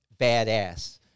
Badass